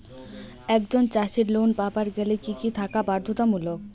একজন চাষীর লোন পাবার গেলে কি কি থাকা বাধ্যতামূলক?